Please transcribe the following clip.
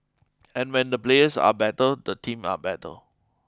and when the players are better the team are better